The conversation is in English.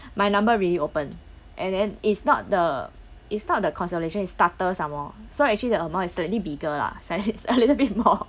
my number really open and then it's not the it's not the consolation it's starter some more so actually the amount is slightly bigger lah sli~ a little bit more